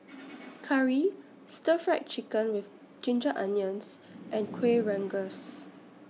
Curry Stir Fried Chicken with Ginger Onions and Kueh Rengas